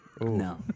No